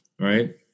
right